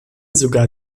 sogar